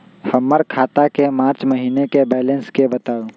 हमर खाता के मार्च महीने के बैलेंस के बताऊ?